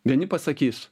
vieni pasakys